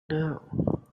now